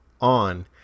on